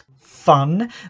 fun